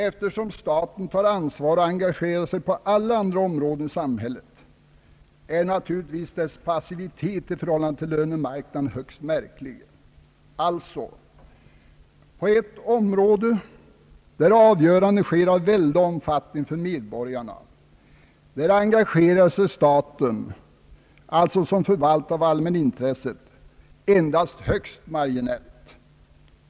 Eftersom staten tar ansvar och engagerar sig på alla andra områden i samhället är naturligtvis dess passivitet i förhållande till lönemarknaden högst märklig. Alltså, på ett område där avgöranden sker av väldig omfattning för medborgarna engagerar sig staten som förvaltare av allmänintresset endast högst marginellt.